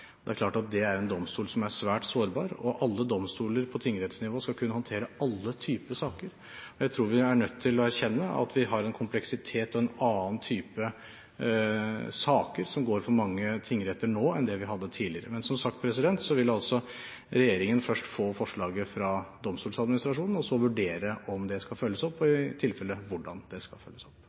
det er klart at det er en domstol som er svært sårbar, og alle domstoler på tingrettsnivå skal kunne håndtere alle typer saker. Jeg tror vi er nødt til å erkjenne at vi har en kompleksitet og en annen type saker som går for mange tingretter nå, enn det vi hadde tidligere. Men som sagt vil regjeringen først få forslaget fra Domstoladministrasjonen og så vurdere om det skal følges opp, og i tilfelle hvordan det skal følges opp.